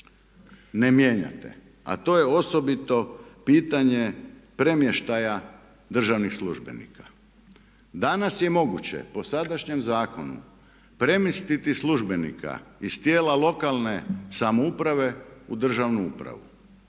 ne mijenjate, a to je osobito pitanje premještaja državnih službenika. Danas je moguće po sadašnjem zakonu premjestiti službenika iz tijela lokalne samouprave u državnu upravu